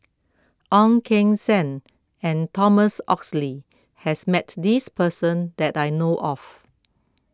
Ong Keng Sen and Thomas Oxley has met this person that I know of